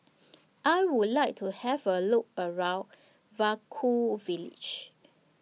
I Would like to Have A Look around Vaiaku Village